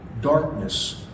Darkness